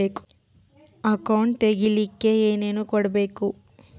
Account ತೆಗಿಲಿಕ್ಕೆ ಏನೇನು ಕೊಡಬೇಕು?